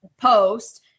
post